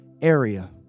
area